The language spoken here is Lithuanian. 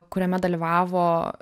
kuriame dalyvavo